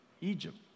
Egypt